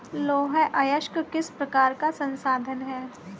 लौह अयस्क किस प्रकार का संसाधन है?